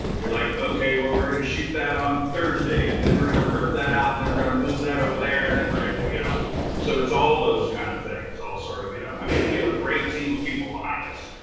you're like, well, we're we're gonna shoot that on thursday. and then we're gonna rip that out. and then we're gonna move that over there and then we're gonna you know. so it's all those kind of things, all sort of you know. i mean, we have a great team of people behind us,